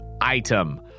item